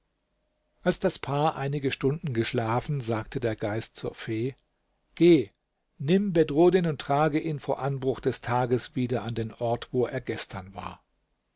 als das paar einige stunden geschlafen sagte der geist zur fee geh nimm bedruddin und trage ihn vor anbruch des tages wieder an den ort wo er gestern war